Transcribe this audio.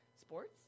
Sports